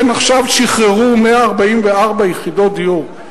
כן, עכשיו שחררו 144 יחידות דיור,